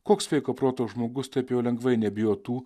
koks sveiko proto žmogus taip jau lengvai nebijo tų